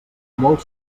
molt